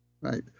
right